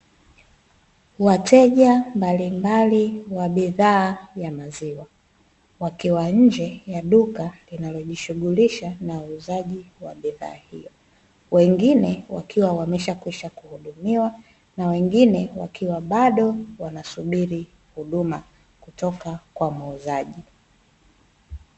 Wateja mbalimbali wa bidhaa ya maziwa wakiwa nje ya duka linalojishughulisha na uuzaji wa bidhaa hiyo. Wengine wakiwa wameshakwisha kuhudumiwa na wengine wakiwa bado wanasubiri huduma kutoka kwa muuzaji.